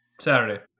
Saturday